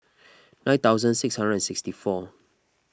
nine thousand six hundred and sixtyfour